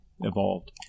evolved